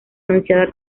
anunciada